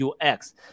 UX